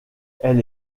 elle